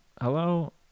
hello